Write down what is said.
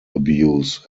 abuse